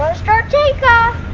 start take off!